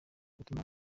gutuma